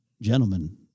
gentlemen